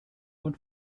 und